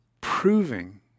proving